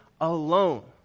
alone